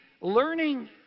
learning